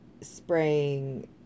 spraying